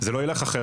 כי זה לא ילך אחרת.